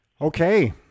Okay